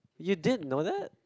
you didn't know that